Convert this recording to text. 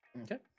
Okay